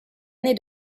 année